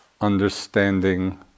understanding